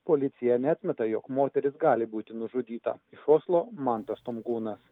policija neatmeta jog moteris gali būti nužudyta iš oslo mantas tomkūnas